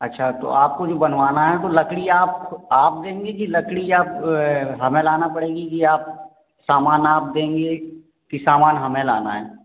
अच्छा तो आपको जो बनवाना है वो लकड़ी आप आप देंगे कि लकड़ी आप हमें लाना पड़ेगी कि आप सामान आप देंगे कि सामान हमें लाना है